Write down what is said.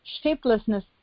shapelessness